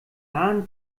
hahn